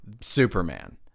superman